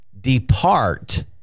depart